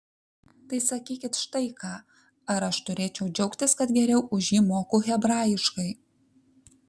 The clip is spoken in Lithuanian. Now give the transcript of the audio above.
tai sakykit štai ką ar aš turėčiau džiaugtis kad geriau už jį moku hebrajiškai